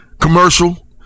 commercial